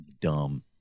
dumb